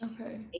Okay